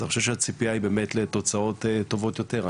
אז אני חושב שהציפייה היא לתוצאות טובות יותר.